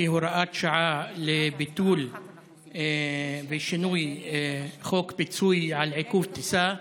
שהיא הוראת שעה לביטול ושינוי של חוק פיצוי על עיכוב טיסה,